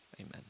Amen